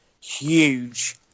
huge